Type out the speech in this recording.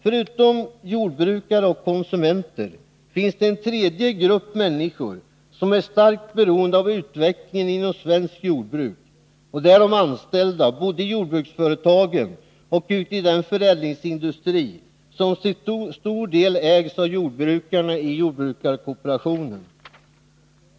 Förutom jordbrukare och konsumenter finns det en tredje grupp människor som är starkt beroende av utvecklingen inom svenskt jordbruk, och det är de anställda både i jordbruksföretagen och i den förädlingsindustri som till stor del ägs av jordbrukarna i jordbrukskooperationen.